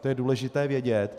To je důležité vědět.